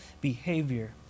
behavior